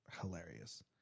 hilarious